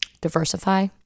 Diversify